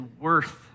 worth